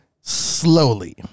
Slowly